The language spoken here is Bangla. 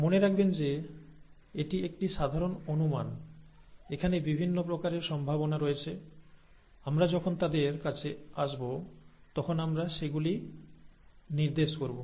মনে রাখবেন যে এটি একটি সাধারণ অনুমান এখানে বিভিন্ন প্রকারের সম্ভাবনা রয়েছে আমরা যখন তাদের কাছে আসব তখন আমরা সেগুলি নির্দেশ করব